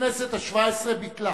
הכנסת השבע-עשרה ביטלה